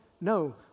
No